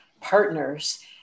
partners